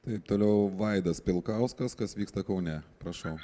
taip toliau vaidas pilkauskas kas vyksta kaune prašau